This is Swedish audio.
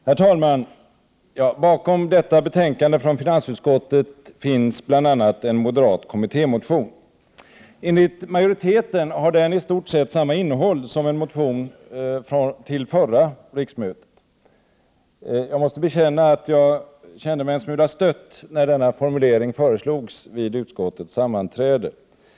Herr talman! Bakom detta betänkande från finansutskottet finns bl.a. en moderat kommittémotion. Enligt majoriteten har den i stort sett samma innehåll som en motion till förra riksmötet. Jag måste bekänna att jag kände mig en smula stött när denna formulering föreslogs vid utskottets sammanträde.